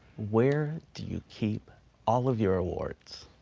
where do you keep all of your awards?